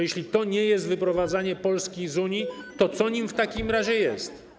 Jeśli to nie jest wyprowadzanie Polski z Unii, to co nim w takim razie jest?